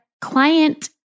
client